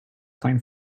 find